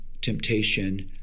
temptation